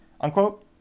unquote